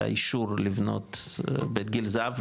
לאישור לבנות בית גיל זהב,